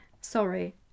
sorry